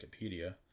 Wikipedia